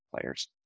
players